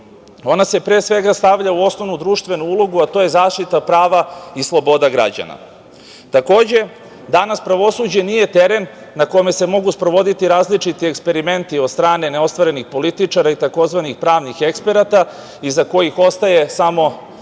se, pre svega, stavlja u osnovnu društvenu ulogu, a to je zaštita prava i sloboda građana. Takođe, danas pravosuđe nije teren na kome se mogu sprovoditi različiti eksperimenti od strane neostvarenih političara i tzv. pravnih eksperata iza kojih ostaje samo